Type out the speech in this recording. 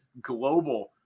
global